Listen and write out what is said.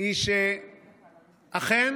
היא שאכן